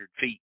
feet